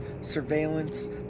surveillance